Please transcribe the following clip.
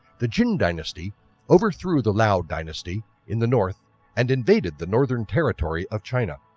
the jin dynasty overthrew the liao dynasty in the north and invaded the northern territory of china.